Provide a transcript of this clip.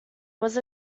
was